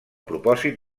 propòsit